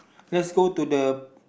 let's go to the